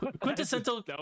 quintessential